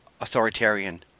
authoritarian